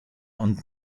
und